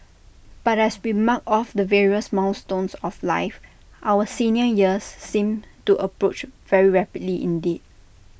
but as we mark off the various milestones of life our senior years seem to approach very rapidly indeed